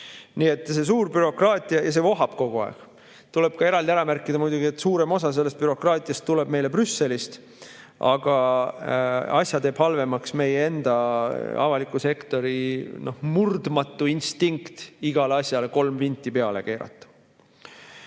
midagi. See bürokraatia vohab kogu aeg. Tuleb ka muidugi eraldi ära märkida, et suurem osa sellest bürokraatiast tuleb meile Brüsselist, aga asja teeb halvemaks meie enda avaliku sektori murdumatu instinkt igale asjale kolm vinti peale keerata.